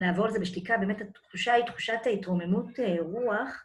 נעבור על זה בשתיקה, באמת התחושה היא תחושת התרוממות רוח.